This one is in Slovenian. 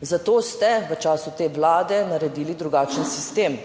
Zato ste v času te Vlade naredili drugačen sistem